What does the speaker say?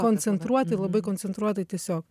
koncentruotai labai koncentruotai tiesiog